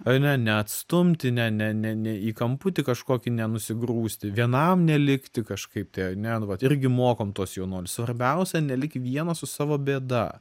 ar ne neatstumti ne ne ne ne į kamputį kažkokį nenusigrūsti vienam nelikti kažkaip tai ane nu vat irgi mokom tuos jaunuolius svarbiausia nelik vienas su savo bėda